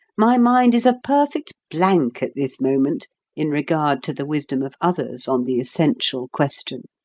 my mind is a perfect blank at this moment in regard to the wisdom of others on the essential question.